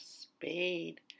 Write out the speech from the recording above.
spade